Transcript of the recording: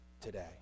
today